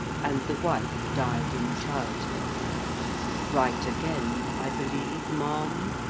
and the wife died in child-bed. right again, i believe, ma'am?